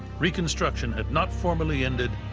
reconstruction had not formally ended